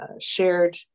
shared